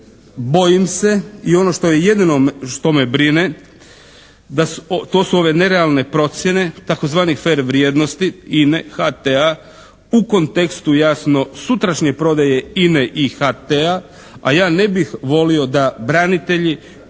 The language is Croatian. bojim se i ono što je jedino što me brine to su ove nerealne procjene takozvani fer vrijednosti INA-e, HT-a u kontekstu jasno sutrašnje prodaje INA-e i HT-a, a ja ne bih volio da branitelji